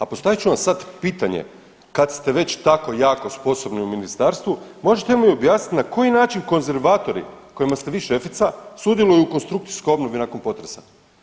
A postavit ću vam sad pitanje kad ste već tako jako sposobni u ministarstvu možete li mi objasniti na koji način konzervatori kojima ste vi šefica sudjeluju u konstrukcijskoj obnovi nakon potresa.